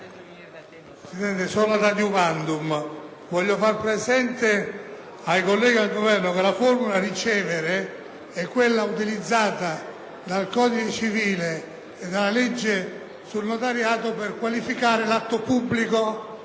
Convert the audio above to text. intervengo solo ad adiuvandum. Voglio far presente ai colleghi e al Governo che la formula «ricevere» eutilizzata dal codice civile e dalla legge sul notariato per qualificare l’atto pubblico.